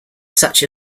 such